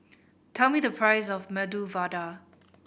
tell me the price of Medu Vada